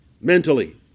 mentally